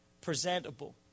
presentable